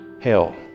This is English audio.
hell